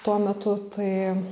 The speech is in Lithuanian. tuo metu tai